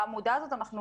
בעמודות לאחר מכן,